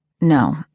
No